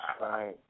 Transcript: Right